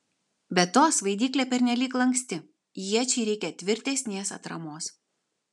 be to svaidyklė pernelyg lanksti iečiai reikia tvirtesnės atramos